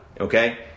okay